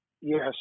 Yes